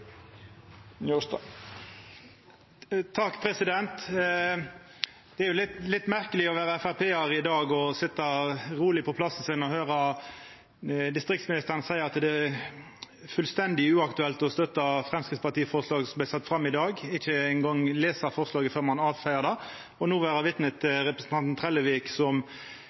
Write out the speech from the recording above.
Det er litt merkeleg å vera FrP-ar i dag og sitja roleg på plassen sin og høyra distriktsministeren seia at det er fullstendig uaktuelt å støtta forslaget frå Framstegspartiet som vart sett fram i dag, og ikkje eingong lesa forslaget før ein avfeiar det. Og no vera vitne til representanten Trellevik, som